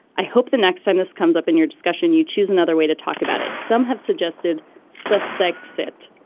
i hope the next time this comes up in your discussion, you choose another way to talk about it. some have suggested sussex it,